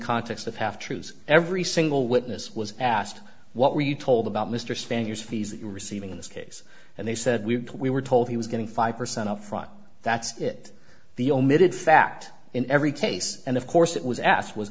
context of half truths every single witness was asked what we told about mr spankers fees that you're receiving in this case and they said we we were told he was getting five percent up front that's it the omitted fact in every case and of course it was asked was